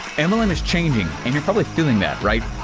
and mlm is changing, and you're probably feeling that, right?